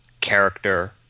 character